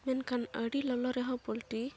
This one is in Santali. ᱢᱮᱱᱠᱷᱟᱱ ᱟᱹᱰᱤ ᱞᱚᱞᱚ ᱨᱮᱦᱚᱸ ᱯᱚᱞᱴᱨᱤ